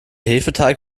hefeteig